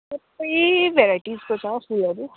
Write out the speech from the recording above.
थुप्रै भेराइटिसको छ फुलहरू